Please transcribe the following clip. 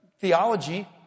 theology